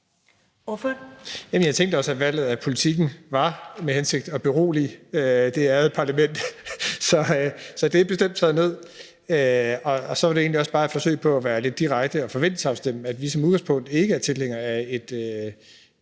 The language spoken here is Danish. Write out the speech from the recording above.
Jeg tænkte også, at valget af Politiken havde til hensigt at berolige det ærede parlament. Så det er bestemt taget ned. Så var det egentlig også bare et forsøg på at være lidt direkte og forventningsafstemme, med hensyn til at vi som udgangspunkt ikke er tilhængere af et